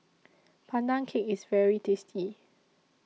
Pandan Cake IS very tasty